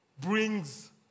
brings